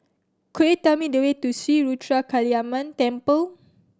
could you tell me the way to Sri Ruthra Kaliamman Temple